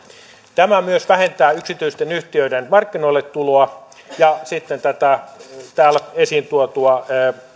tämä myös vähentää yksityisten yhtiöiden tuloa markkinoille ja täällä esiin tuotua